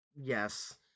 Yes